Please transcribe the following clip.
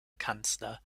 kanzler